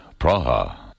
Praha